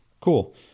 Cool